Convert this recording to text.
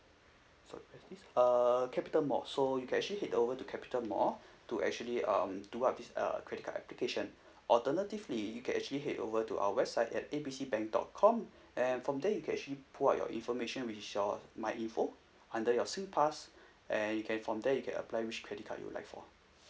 so at this uh capital mall so you can actually head over to capital mall to actually um do up this uh credit card application alternatively you can actually head over to our website at A B C bank dot com and from there you can actually pull out your information which is your my info under your singpass and you can from there you can apply which credit card you like for